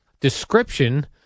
description